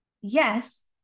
yes